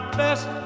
best